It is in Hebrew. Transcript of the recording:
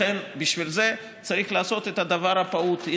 בשביל זה צריך לעשות את הדבר הפעוט,